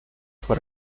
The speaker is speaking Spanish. fue